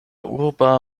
urba